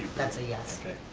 that's a yes. okay.